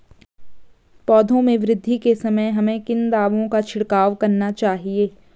पौधों में वृद्धि के समय हमें किन दावों का छिड़काव करना चाहिए?